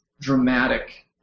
dramatic